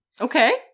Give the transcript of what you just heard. Okay